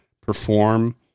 perform